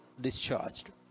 discharged